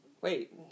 wait